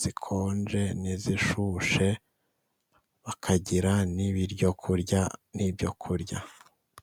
zikonje n'izishyushye, bakagira n'ibyo kurya.